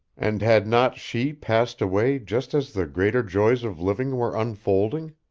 and had not she passed away just as the greater joys of living were unfolding,